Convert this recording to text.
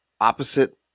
opposite